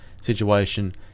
situation